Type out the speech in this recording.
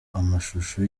amashusho